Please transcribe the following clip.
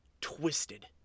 twisted